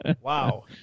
Wow